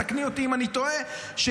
תקני אותי אם אני טועה הגיעו,